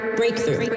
breakthrough